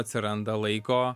atsiranda laiko